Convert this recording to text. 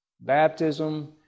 baptism